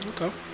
Okay